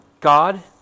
God